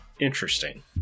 Interesting